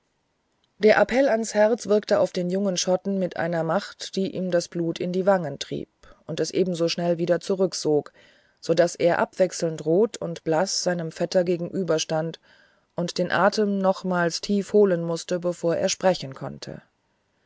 der appell ans herz wirkte auf den jungen schotten mit einer macht die ihm das blut in die wange trieb und es ebenso schnell wieder zurücksog so daß er abwechselnd rot und blaß seinem vetter gegenüberstand und den atem nochmals tief holen mußte bevor er sprechen konnte